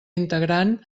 integrant